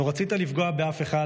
לא רצית לפגוע באף אחד,